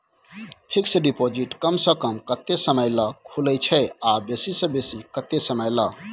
Fixed deposit कम स कम कत्ते समय ल खुले छै आ बेसी स बेसी केत्ते समय ल?